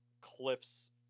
Cliff's